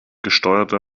gesteuerte